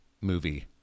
Movie